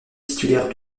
titulaire